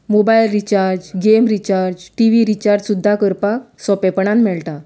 mobile recharge game recharge T V recharge सुद्दां करपाक सोंपेपणान मेळटा